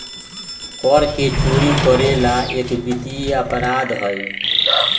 कर के चोरी करे ला एक वित्तीय अपराध हई